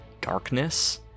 darkness